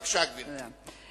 בבקשה, גברתי.